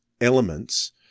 elements